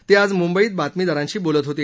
ते आज मुंबईत बातमीदारांशी बोलत होते